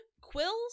quills